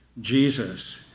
Jesus